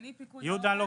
יש פה